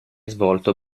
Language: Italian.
svolto